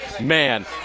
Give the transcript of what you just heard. man